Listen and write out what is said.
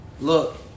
Look